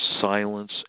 silence